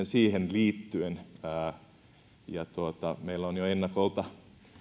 siihen liittyen meillä on jo ennakolta